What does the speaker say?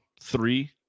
three